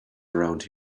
around